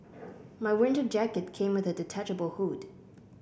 my winter jacket came with a detachable hood